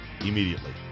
immediately